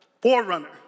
forerunner